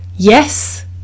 Yes